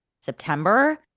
September